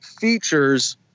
features